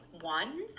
one